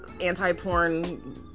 anti-porn